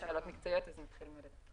כדאי לתת לעודדה להתחיל.